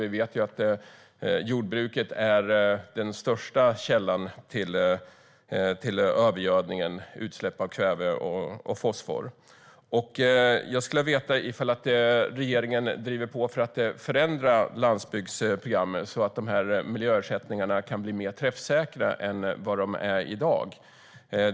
Vi vet ju att jordbruket är den största källan till övergödningen genom utsläpp av kväve och fosfor. Jag skulle vilja veta om regeringen driver på för att förändra landsbygdsprogrammet så att de här miljöersättningarna kan bli mer träffsäkra än de är i dag.